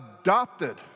Adopted